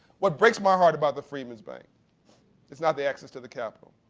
what breaks my heart about the freedman's bank is not the access to the capital.